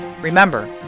Remember